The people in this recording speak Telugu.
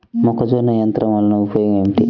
మొక్కజొన్న యంత్రం వలన ఉపయోగము ఏంటి?